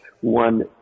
one